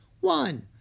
One